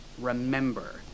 remember